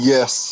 Yes